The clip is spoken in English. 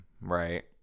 right